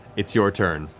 it's your turn.